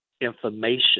information